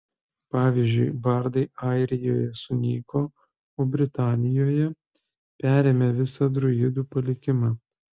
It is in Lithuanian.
pavyzdžiui bardai airijoje sunyko o britanijoje perėmė visą druidų palikimą